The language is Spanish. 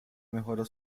mejoró